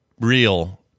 real